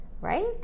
right